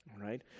Right